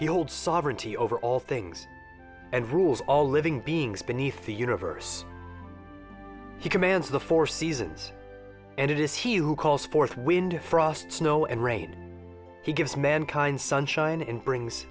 the old sovereignty over all things and rules all living beings beneath the universe he commands the four seasons and it is he who calls forth wind of frost snow and rain he gives mankind sunshine in brings